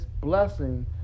blessing